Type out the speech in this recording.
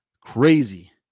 crazy